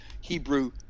Hebrew